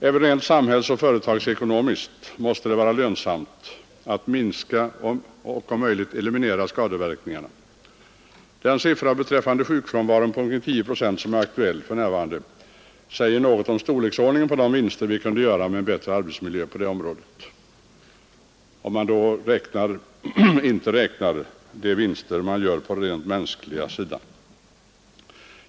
Även rent samhällsoch företagsekonomiskt måste det vara lönsamt att minska och om möjligt eliminera skadeverkningarna. Den siffra beträffande sjukfrånvaron på omkring 10 procent som är aktuell för närvarande säger något om storleken på de vinster vi kunde göra på det området med en bättre arbetsmiljö, alldeles bortsett från de vinster som görs på den mänskliga sidan.